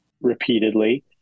Repeatedly